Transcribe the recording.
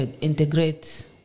integrate